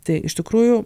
tai iš tikrųjų